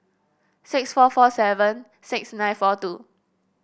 six four four seven six nine four two